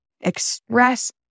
express